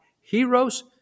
heroes